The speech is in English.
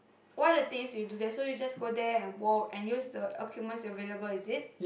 what are the things you do there so you just go there and walk and use the equipment available is it